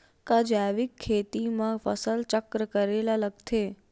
का जैविक खेती म फसल चक्र करे ल लगथे?